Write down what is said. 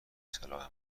صلاح